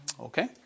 Okay